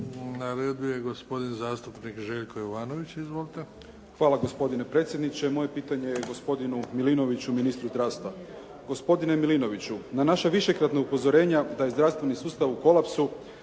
Na redu je gospodin zastupnik Željko Jovanović. Izvolite. **Jovanović, Željko (SDP)** Hvala gospodine predsjedniče. Moje pitanje je gospodinu Milinoviću, ministru zdravstva. Gospodine Milinoviću, na naša višekratna upozorenja da je zdravstveni sustav u kolapsu